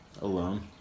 Alone